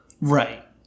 Right